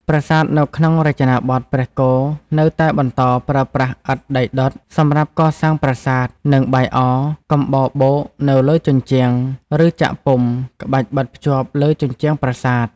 ប្រាសាទនៅក្នុងរចនាបថព្រះគោនៅតែបន្តប្រើប្រាស់ឥដ្ឋដីដុត សម្រាប់កសាងប្រាសាទ និងបាយអកំបោរបូកនៅលើជញ្ជាំង ឬចាក់ពុម្ព ក្បាច់បិទភ្ជាប់លើជញ្ជាំងប្រាសាទ។